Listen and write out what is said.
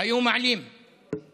היו מעלים טיסה.